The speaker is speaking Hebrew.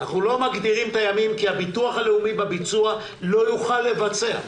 אנחנו לא מגדירים את הימים כי הביטוח הלאומי בביצוע לא יוכל לבצע.